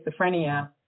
schizophrenia